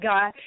God